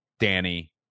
danny